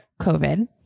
COVID